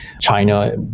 China